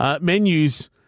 Menus